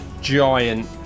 giant